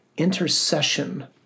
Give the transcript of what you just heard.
intercession